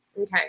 Okay